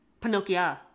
Pinocchio